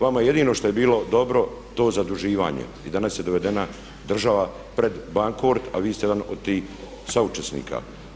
Vama jedino što je bilo dobro to zaduživanje i danas je dovedena država pred bankrot a vi ste jedan od tih suučesnika.